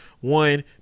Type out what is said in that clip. One